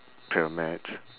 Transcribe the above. pyramid